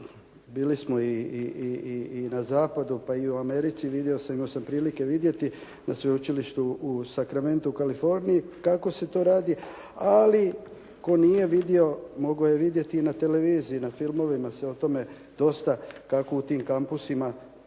bili smo i na zapadu, pa i u Americi i imao sam prilike vidjeti na sveučilištu u Sacramento-u u Kaliforniji kako se to radi, ali tko nije vidio, mogao je vidjeti na televiziji, na filmovima se o tome dosta kako u tim kampusima studenti